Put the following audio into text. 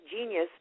genius